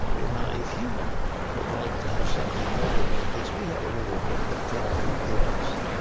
well, now, if you would like to have something more about this, we have a little booklet called forgiveness.